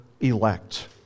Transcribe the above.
elect